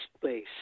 place